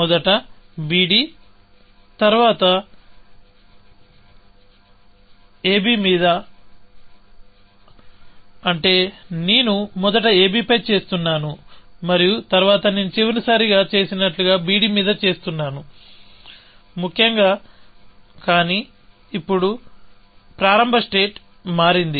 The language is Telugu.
మొదట bd తరువాత ab మీద అంటే నేను మొదట ab పై చేస్తున్నాను మరియు తరువాత నేను చివరిసారిగా చేసినట్లుగా bd మీద చేస్తున్నాను ముఖ్యంగా కానీ ఇప్పుడు ప్రారంభ స్టేట్ మారింది